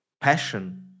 passion